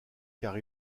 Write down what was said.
car